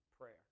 prayer